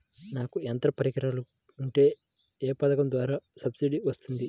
నాకు యంత్ర పరికరాలు ఉంటే ఏ పథకం ద్వారా సబ్సిడీ వస్తుంది?